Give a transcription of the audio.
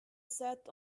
set